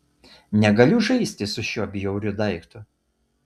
negaliu žaisti su šiuo bjauriu daiktu